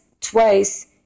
twice